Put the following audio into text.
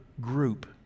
group